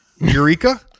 Eureka